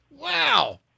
Wow